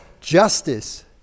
Justice